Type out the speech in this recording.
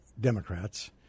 Democrats